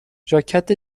ژاکت